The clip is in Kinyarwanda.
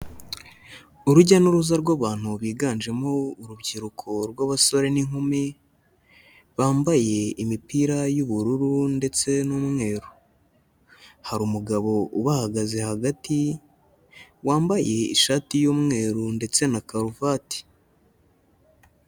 Urujya n'uruza rw'abantu biganjemo urubyiruko rw'abasore n'inkumi, bambaye imipira y'ubururu ndetse n'umweru. Hari umugabo bahagaze hagati, wambaye ishati y'umweru, ndetse na karuvati.